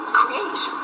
create